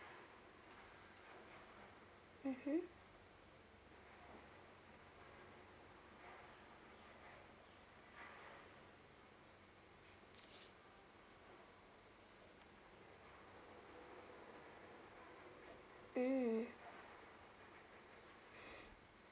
mmhmm mm